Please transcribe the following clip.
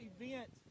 event